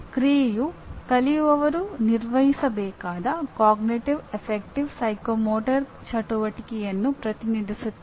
ಕ್ರಿಯೆಯು ಕಲಿಯುವವರು ನಿರ್ವಹಿಸಬೇಕಾದ ಅರಿವಿನ ಗಣನ ಅಥವಾ ಮನೋಪ್ರೇರಣಾ ಚಟುವಟಿಕೆಯನ್ನು ಪ್ರತಿನಿಧಿಸುತ್ತದೆ